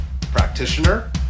practitioner